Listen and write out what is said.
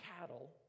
cattle